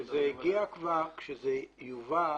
כשזה יובא